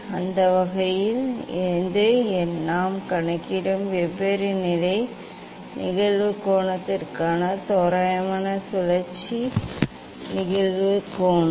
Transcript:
அந்த வகையில் இது நாம் கணக்கிடும் வெவ்வேறு நிலை நிகழ்வு கோணத்திற்கான தோராயமான சுழற்சி நிகழ்வு கோணம்